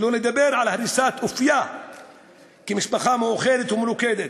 שלא לדבר על הריסת אופייה כמשפחה מאוחדת ומלוכדת.